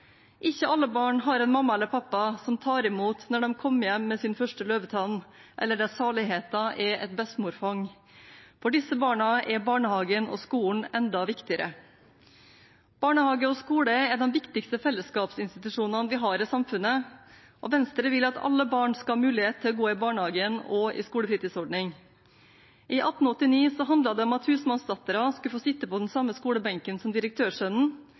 Ikke alle barn har en mamma eller pappa som tar imot når de kommer hjem med «sin første løvetann» eller der «saligheta» er «et bessmorfang». For disse barna er barnehagen og skolen enda viktigere. Barnehage og skole er de viktigste fellesskapsinstitusjonene vi har i samfunnet, og Venstre vil at alle barn skal ha mulighet til å gå i barnehagen og i skolefritidsordning. I 1889 handlet det om at husmannsdatteren skulle få sitte på samme skolebenk som